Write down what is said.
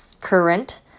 current